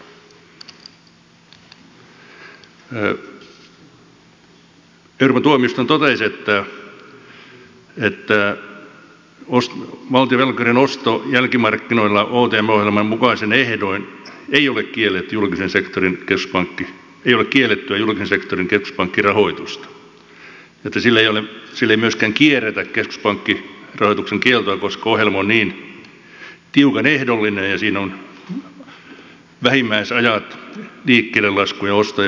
euroopan tuomioistuin totesi että valtion velkakirjan osto jälkimarkkinoilla omt ohjelman mukaisin ehdoin ei ole kiellettyä julkisen sektorin keskuspankkirahoitusta ja että sillä ei myöskään kierretä keskuspankkirahoituksen kieltoa koska ohjelma on niin tiukan ehdollinen ja siinä on vähimmäisrajat liikkeellelaskun ja ostojen välillä ja niin edelleen